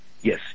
Yes